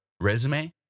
resume